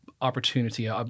opportunity